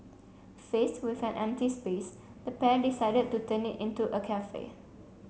faced with an empty space the pair decided to turn it into a cafe